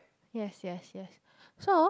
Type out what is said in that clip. yes yes yes so